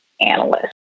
analyst